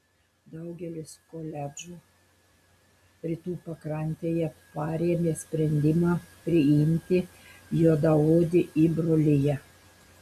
daugelis koledžų rytų pakrantėje parėmė sprendimą priimti juodaodį į broliją